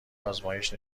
آزمایش